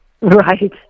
right